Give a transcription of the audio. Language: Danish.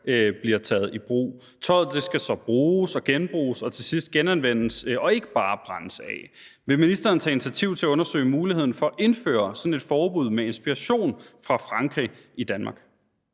bliver taget i brug. Tøjet skal så bruges og genbruges og til sidst genanvendes og ikke bare brændes af. Vil ministeren tage initiativ til at undersøge muligheden for at indføre sådan et forbud – med inspiration fra Frankrig – i Danmark?